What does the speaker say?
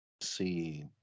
See